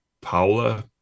Paula